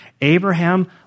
Abraham